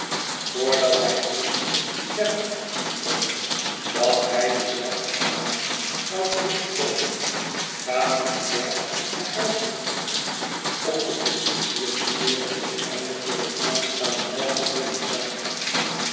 hij heenging werd er afgesproken dat hij dien zelfden avond zou terugkomen familiaar en huiselijk weg om de position te leeren ten einde voor het aanstaande bal gereed te zijn